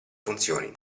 funzioni